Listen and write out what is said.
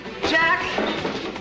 Jack